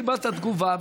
קיבלת תגובה,